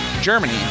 Germany